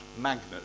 magnet